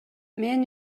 мен